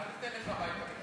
מה זה "תלך הביתה בקרוב"?